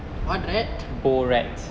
what rat